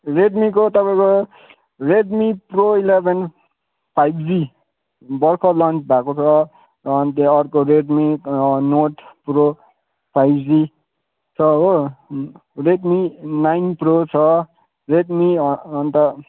रेडमीको तपाईँको Redmi Pro eleven five G भर्खर launch भएको छ अन्त अर्को Redmi Note Pro five G छ हो रेडमी नाइन प्रो छ रेडमी अन्त